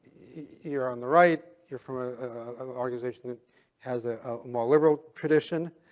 you're on the right. you're from ah ah organization that has a more liberal tradition.